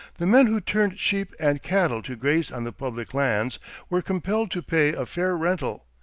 the men who turned sheep and cattle to graze on the public lands were compelled to pay a fair rental,